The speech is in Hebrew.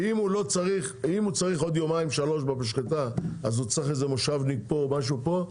צריך עוד יומיים-שלושה במשחטה אז הוא צריך איזה מושבניק פה או משהו פה,